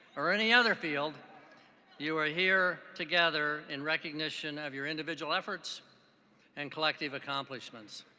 or any other field you are here together in recognition of your individual efforts and collective accomplishments.